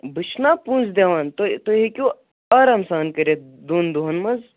بہٕ چھُس نہ پونسہٕ دِوان تُہۍ تُہۍ ہیٚکِو آرام سان کٔرتھ دۄن دۄہن منز